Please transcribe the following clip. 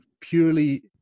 purely